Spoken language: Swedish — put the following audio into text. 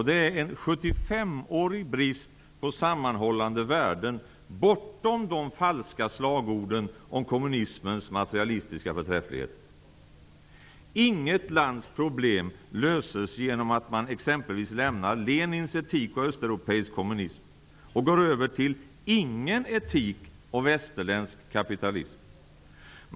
Det är en 75-årig brist på sammanhållande värden bortom de falska slagorden om kommunismens materialistiska förträfflighet. Inget lands problem löses genom att man exempelvis lämnar Lenins etik och östeuropeisk kommunism för att gå över till ingen etik och västerländsk kapitalism.